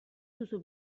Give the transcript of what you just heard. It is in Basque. duzu